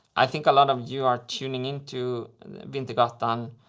i think a lot of you are tuning in to wintergatan.